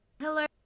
Hello